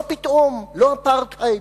לא פתאום, לא אפרטהייד,